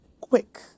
quick